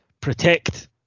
protect